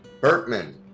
Bertman